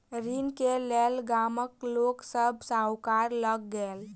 ऋण के लेल गामक लोक सभ साहूकार लग गेल